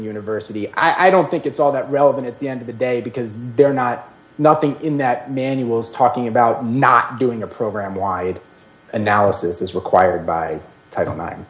university i don't think it's all that relevant at the end of the day because they're not nothing in that manuals talking about not doing a program wide analysis is required by title nine